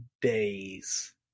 days